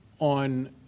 on